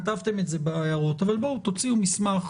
כתבתם את זה בהערות, אבל בואו תוציאו מסמך